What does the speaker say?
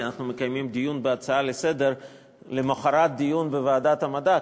כי אנחנו מקיימים דיון בהצעה לסדר-היום למחרת דיון בוועדת המדע,